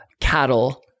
cattle